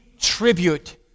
tribute